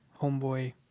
homeboy